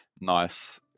nice